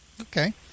Okay